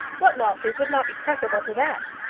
what lawsuit would not be preferable to that?